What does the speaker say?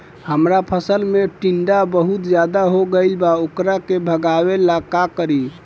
हमरा फसल में टिड्डा बहुत ज्यादा हो गइल बा वोकरा के भागावेला का करी?